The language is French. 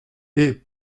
est